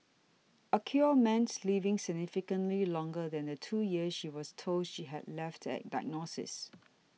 a cure meant living significantly longer than the two years she was told she had left at diagnosis